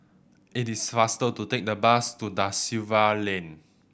it is faster to take the bus to Da Silva Lane